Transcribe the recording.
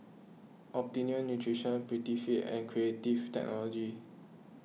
Optimum Nutrition Prettyfit and Creative Technology